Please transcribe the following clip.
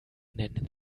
nennen